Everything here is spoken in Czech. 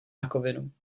rakovinu